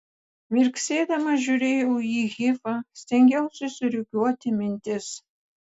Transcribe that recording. mirksėdama žiūrėjau į hifą stengiausi surikiuoti mintis